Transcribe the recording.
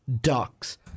Ducks